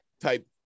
type